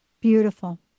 Beautiful